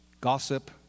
Gossip